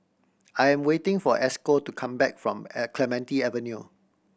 I am waiting for Esco to come back from Clementi Avenue